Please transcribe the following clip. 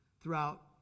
Throughout